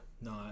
No